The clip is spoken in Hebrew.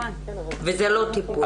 וזה לא טיפול.